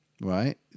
Right